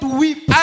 weep